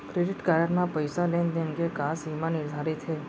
Credit card म पइसा लेन देन के का सीमा निर्धारित हे?